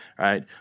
Right